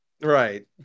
right